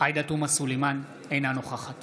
עאידה תומא סלימאן, אינה נוכחת